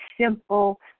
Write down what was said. simple